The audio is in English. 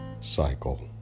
cycle